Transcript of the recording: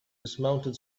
dismounted